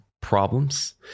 problems